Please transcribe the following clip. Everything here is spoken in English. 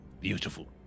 Beautiful